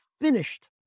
finished